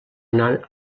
anar